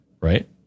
Right